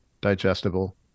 digestible